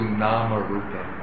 nama-rupa